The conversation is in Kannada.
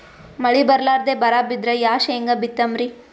ಮಳಿ ಬರ್ಲಾದೆ ಬರಾ ಬಿದ್ರ ಯಾ ಶೇಂಗಾ ಬಿತ್ತಮ್ರೀ?